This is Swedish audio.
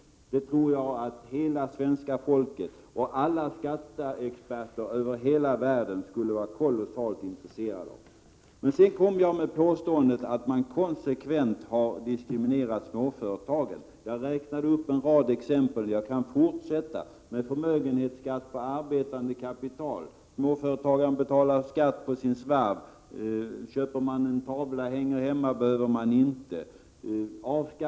Det tror jag att hela svenska folket och alla skatteexperter över hela världen skulle vara kolossalt intresserade av. Jag gjorde vidare påståendet att socialdemokraterna konsekvent har diskriminerat småföretagen. Jag räknade upp en rad exempel, och jag kan fortsätta uppräkningen med att nämna förmögenhetsskatten på arbetande kapital, som medför att småföretagaren får betala skatt på sin svarv, medan den som köper en tavla och hänger den hemma inte behöver betala skatt för den.